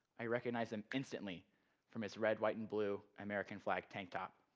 i recognized him instantly from his red, white and blue american flag tank top.